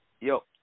Yo